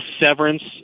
severance